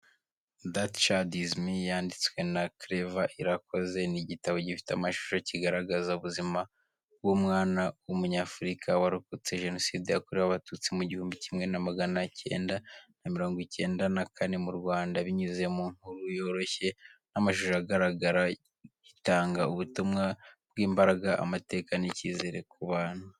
That Child Is Me yanditswe na Claver Irakoze, ni igitabo gifite amashusho kigaragaza ubuzima bw’umwana w’Umunyafurika warokotse Jenoside yakorewe Abatutsi mu gihumbi kimwe na magana cyenda na mirongo icyenda na kane mu Rwanda. Binyuze mu nkuru yoroshye n’amashusho agaragara, gitanga ubutumwa bw’imbaraga, amateka, n’icyizere ku bana.